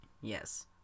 Yes